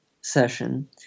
session